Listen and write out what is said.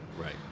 Right